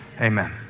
Amen